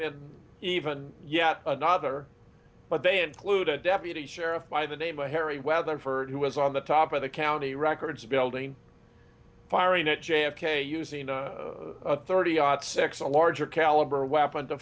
been even yet another but they include a deputy sheriff by the name of harry weatherford who was on the top of the county records building firing at j f k using a thirty six a larger caliber weapon to